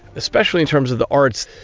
especially in terms of the arts,